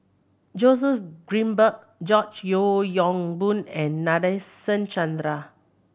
Joseph Grimberg George Yeo Yong Boon and Nadasen Chandra